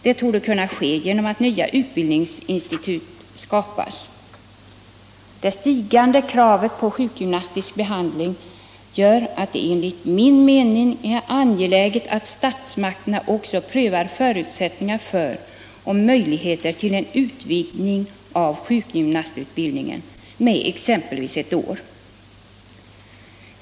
Detta torde kunna ske genom att nya utbildningsinstitut skapas. De stigande kraven på sjukgymnastisk behandling gör det enligt vår mening angeläget att statsmakterna också prövar förutsättningar för och möjligheter till en utvidgning av sjukgymnastutbildningen med exempelvis ett år.